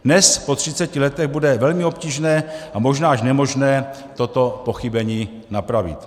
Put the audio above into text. Dnes, po 30 letech, bude velmi obtížné a možná až nemožné toto pochybení napravit.